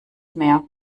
mehr